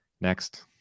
next